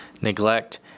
neglect